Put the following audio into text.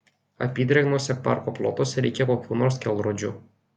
apydrėgniuose parko plotuose reikia kokių nors kelrodžių